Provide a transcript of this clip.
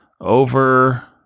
over